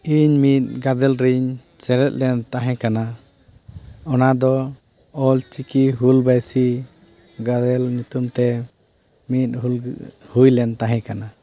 ᱤᱧ ᱢᱤᱫ ᱜᱟᱫᱮᱞᱨᱮᱧ ᱥᱮᱞᱮᱫ ᱞᱮᱱ ᱛᱟᱦᱮᱸ ᱠᱟᱱᱟ ᱚᱱᱟᱫᱚ ᱚᱞᱪᱤᱠᱤ ᱦᱩᱞ ᱵᱟᱭᱥᱤ ᱜᱟᱫᱮᱞ ᱧᱩᱛᱩᱢᱛᱮ ᱢᱤᱫ ᱦᱩᱞ ᱦᱩᱭᱞᱮᱱ ᱛᱟᱦᱮᱸ ᱠᱟᱱᱟ